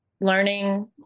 learning